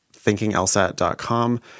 thinkinglsat.com